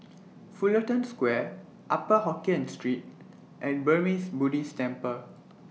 Fullerton Square Upper Hokkien Street and Burmese Buddhist Temple